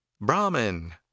Brahmin